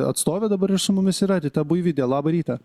atstovė dabar ir su mumis yra rita buivydė labą rytą